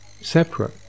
separate